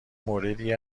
موردی